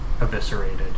eviscerated